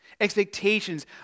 expectations